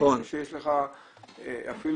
כשיש לך עודף,